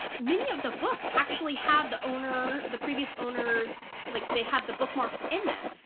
many of the books actually have the owner the previous owners like they have the bookmarks in them.